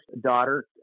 daughter